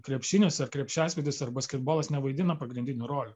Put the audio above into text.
krepšinis ar krepšiasvydis ar basketbolas nevaidina pagrindinių rolių